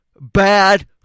Bad